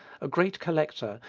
a great collector,